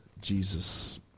Jesus